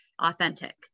authentic